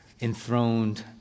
enthroned